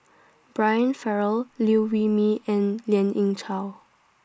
Brian Farrell Liew Wee Mee and Lien Ying Chow